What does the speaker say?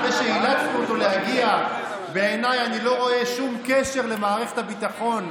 אחרי שאילצנו אותו להגיע: אני לא רואה שום קשר למערכת הביטחון,